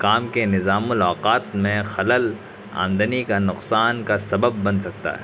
کام کے نظام الاوقات میں خلل آمدنی کا نقصان کا سبب بن سکتا ہے